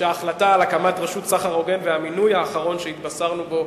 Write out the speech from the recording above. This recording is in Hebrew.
שההחלטה על הקמת הרשות לסחר הוגן והמינוי האחרון שהתבשרנו עליו,